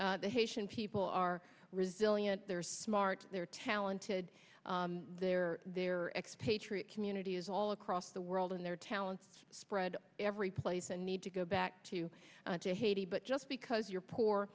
the haitian people are resilient they're smart they're talented they're their expatriate community is all across the world and their talents spread everyplace and need to go back to haiti but just because you're poor